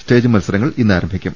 stage മത്സരങ്ങൾ ഇന്നാരംഭിക്കും